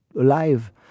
alive